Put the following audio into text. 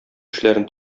эшләрен